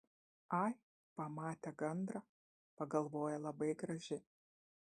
ai pamate gandrą pagalvoja labai graži